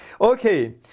Okay